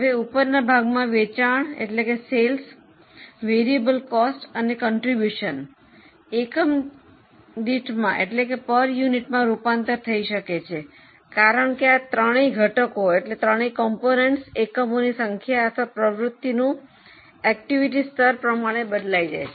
હવે ઉપરના ભાગમાં વેચાણ ચલિત ખર્ચ અને ફાળો એકમ દીઠમાં રૂપાંતર થઈ શકે છે કારણ કે આ ત્રણેય ઘટકો એકમોની સંખ્યા અથવા પ્રવૃત્તિનું સ્તર પ્રમાણે બદલાઇ જાય છે